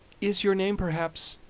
is your name, perhaps,